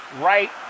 right